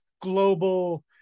global